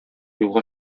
юлга